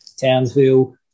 Townsville